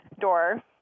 door